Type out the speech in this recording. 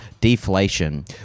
deflation